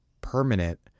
permanent